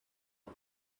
and